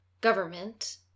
government